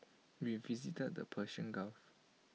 we visited the Persian gulf